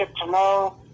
tomorrow